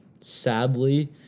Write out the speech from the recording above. sadly